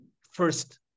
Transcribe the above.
first